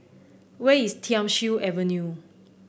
where is Thiam Siew Avenue